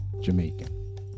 Jamaican